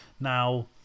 now